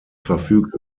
verfügt